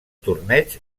torneig